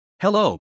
Hello